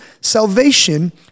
salvation